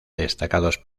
destacados